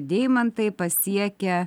deimantai pasiekia